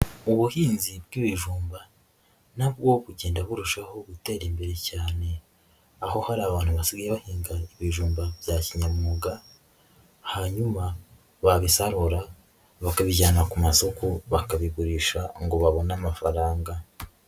Ubuhinzi bw'ibijumba na bwo bugenda burushaho gutera imbere cyane, aho hari abantu basigaye bahinga ibijumba bya kinyamwuga, hanyuma babisarura bakabijyana ku masoko bakabigurisha ngo babone amafaranga.